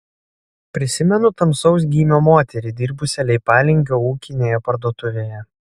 prisimenu tamsaus gymio moterį dirbusią leipalingio ūkinėje parduotuvėje